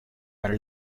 para